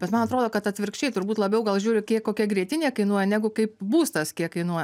bet man atrodo kad atvirkščiai turbūt labiau gal žiūri kiek kokia grietinė kainuoja negu kaip būstas kiek kainuoja